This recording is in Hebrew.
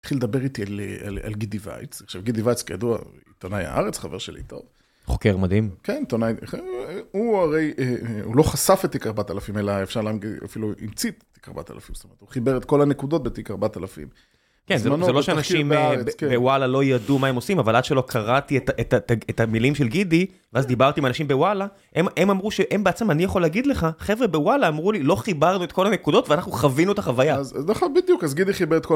התחיל לדבר איתי על גידי וייץ, עכשיו גידי וייץ כידוע, עיתונאי הארץ חבר שלי טוב. חוקר מדהים. כן, עיתונאי, הוא הרי, הוא לא חשף את תיק 4000 אלא אפשר להגיד אפילו להמציא את תיק 4000, זאת אומרת, הוא חיבר את כל הנקודות בתיק 4000. כן, זה לא שאנשים בוואלה לא ידעו מה הם עושים, אבל עד שלא קראתי את המילים של גידי, ואז דיברתי עם אנשים בוואלה, הם אמרו שהם בעצמם, אני יכול להגיד לך, חבר'ה בוואלה אמרו לי, לא חיברנו את כל הנקודות ואנחנו חווינו את החוויה. אז נכון, בדיוק, אז גידי חיבר את כל הנקודות.